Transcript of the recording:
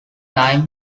time